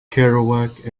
kerouac